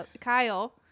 kyle